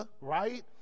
right